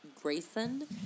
Grayson